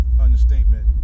understatement